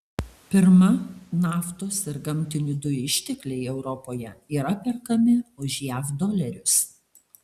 pirma naftos ir gamtinių dujų ištekliai europoje yra perkami už jav dolerius